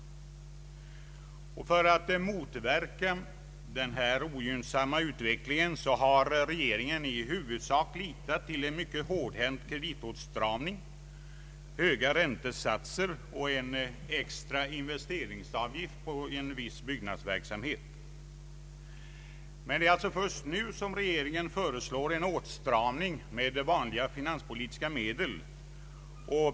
För att motverka denna ogynnsamma utveckling har regeringen i huvudsak litat till en mycket hårdhänt kreditåtstramning, höga räntesatser och en extra investeringsavgift på viss byggnadsverksamhet. Men det är alltså först nu som regeringen föreslår en åtstramning med vanliga finanspolitiska medel.